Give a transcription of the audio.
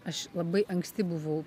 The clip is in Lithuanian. aš labai anksti buvau